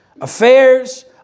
Affairs